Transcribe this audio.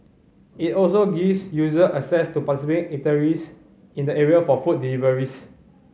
it also gives user access to participating eateries in the area for food deliveries